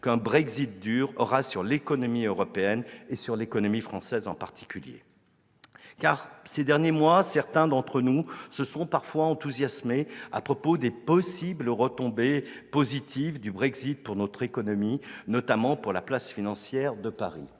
qu'un Brexit dur aura pour l'économie européenne en général, et pour l'économie française en particulier. Ces derniers mois, certains d'entre nous se sont parfois enthousiasmés des possibles retombées positives du Brexit pour notre économie, notamment pour la place financière de Paris.